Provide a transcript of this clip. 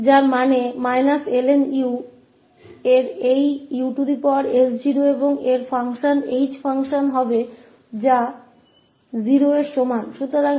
इसलिए यदि यह परिणाम इस ℎ𝑡 0 को समान रूप से दर्शाता है तो हमें भी वही परिणाम मिल रहा है जिसका अर्थ है कि यह us0 और इसका h फ़ंक्शन − ln 𝑢 0 के बराबर होगा